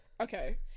Okay